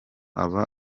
aba